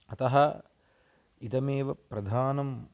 अतः इदमेव प्रधानं